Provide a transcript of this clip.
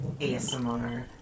ASMR